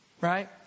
right